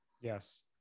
Yes